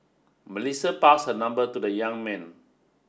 Melissa passed her number to the young man